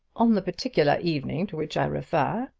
on the particular evening to which i refer,